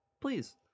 please